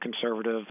conservative